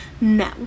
no